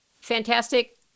Fantastic